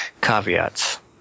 caveats